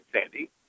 Sandy